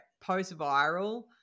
post-viral